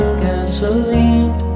gasoline